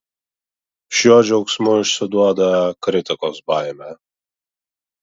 šiuo džiaugsmu išsiduoda kritikos baimę